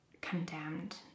condemned